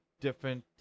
different